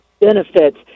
benefits